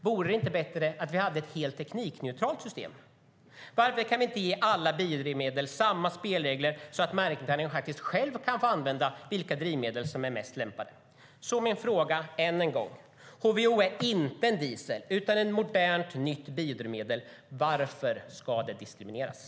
Vore det inte bättre att ha ett teknikneutralt system? Varför kan vi inte ge alla biodrivmedel samma spelregler så att marknaden själv kan använda de drivmedel som är mest lämpade? HVO är inte diesel utan ett modernt, nytt biodrivmedel. Varför ska det diskrimineras?